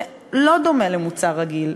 שלא דומה למוצר רגיל,